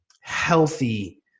healthy